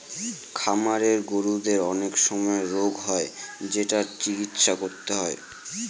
খামারের গরুদের অনেক সময় রোগ হয় যেটার চিকিৎসা করতে হয়